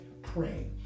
Pray